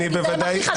זה הכי חשוב.